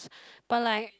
but like